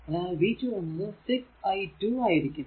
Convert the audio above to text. അതിനാൽ v2 എന്നത് 6 i2 ആയിരിക്കും